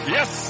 Yes